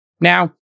Now